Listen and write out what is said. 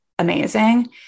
amazing